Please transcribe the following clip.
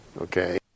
okay